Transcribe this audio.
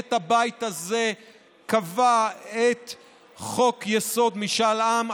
עת הבית הזה קבע את חוק-יסוד: משאל עם,